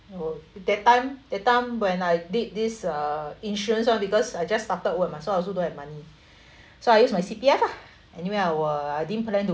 oh that time that time when I did this uh insurance [one] because I just started work mah so I also don't have money so I use my C_P_F lah anyway I were I didn't plan to